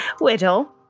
Whittle